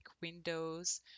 windows